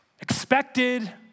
expected